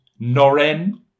Noren